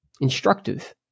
instructive